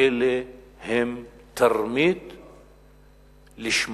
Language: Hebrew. אלה הם תרמית לשמה.